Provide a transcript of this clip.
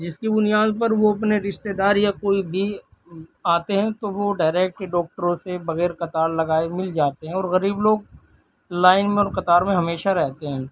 جس کی بنیاد پر وہ اپنے رشتے دار یا کوئی بھی آتے ہیں تو وہ ڈائریکٹ ڈاکٹروں سے بغیر قطار لگائے مل جاتے ہیں اور غریب لوگ لائن میں اور قطار میں ہمیشہ رہتے ہیں